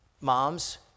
Moms